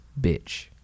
bitch